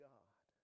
God